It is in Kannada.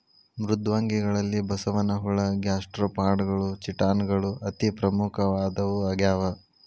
ಮೃದ್ವಂಗಿಗಳಲ್ಲಿ ಬಸವನಹುಳ ಗ್ಯಾಸ್ಟ್ರೋಪಾಡಗಳು ಚಿಟಾನ್ ಗಳು ಅತಿ ಪ್ರಮುಖವಾದವು ಆಗ್ಯಾವ